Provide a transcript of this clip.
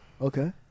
Okay